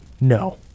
No